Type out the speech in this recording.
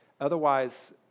Otherwise